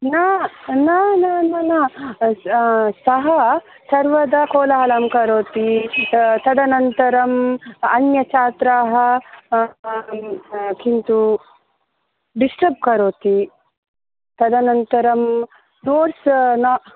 न न न न न न सः सर्वदा कोलाहलं करोति तदनन्तरम् अन्यछात्राः किन्तु डिस्टर्ब् करोति तदनन्तरं नोट्स् न